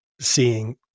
seeing